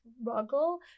struggle